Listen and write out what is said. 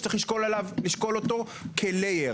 שצריך לשקול אותו רק כשכבה.